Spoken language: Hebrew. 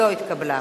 לא התקבלה.